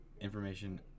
information